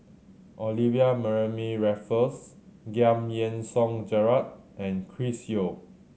Olivia Mariamne Raffles Giam Yean Song Gerald and Chris Yeo